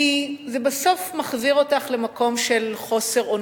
כי זה בסוף מחזיר אותך למקום של חוסר אונים,